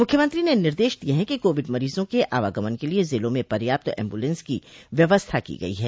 मुख्यमंत्री ने निर्देश दिये है कि कोविड मरीजों के आवागमन के लिये जिलों में पर्याप्त एम्बुलेंस की व्यवस्था की गई है